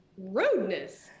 rudeness